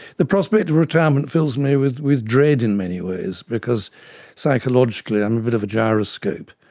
the prospect of retirement fills me with with dread in many ways because psychologically i'm a bit of a gyroscope.